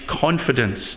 confidence